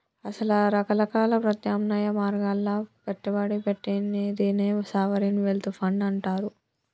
అసల రకరకాల ప్రత్యామ్నాయ మార్గాల్లో పెట్టుబడి పెట్టే నిదినే సావరిన్ వెల్త్ ఫండ్ అంటారు